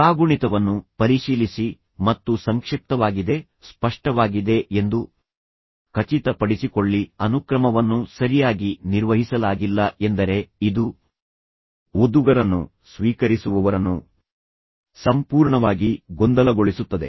ಕಾಗುಣಿತವನ್ನು ಪರಿಶೀಲಿಸಿ ಮತ್ತು ಸಂಕ್ಷಿಪ್ತವಾಗಿದೆ ಸ್ಪಷ್ಟವಾಗಿದೆ ಎಂದು ಖಚಿತಪಡಿಸಿಕೊಳ್ಳಿ ಅನುಕ್ರಮವನ್ನು ಸರಿಯಾಗಿ ನಿರ್ವಹಿಸಲಾಗಿಲ್ಲ ಎಂದರೆ ಇದು ಓದುಗರನ್ನು ಸ್ವೀಕರಿಸುವವರನ್ನು ಸಂಪೂರ್ಣವಾಗಿ ಗೊಂದಲಗೊಳಿಸುತ್ತದೆ